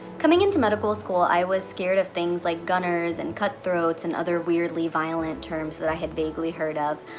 coming into medical school, i was scared of things like gunners and cutthroats and other weirdly violent terms that i had vaguely heard of.